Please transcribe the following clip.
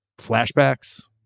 flashbacks